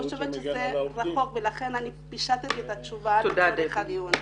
-- אני חושבת שזה רחוק ולכן אני פישטתי את התשובה לצורך הדיון.